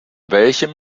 welchem